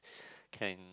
can